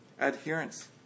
adherence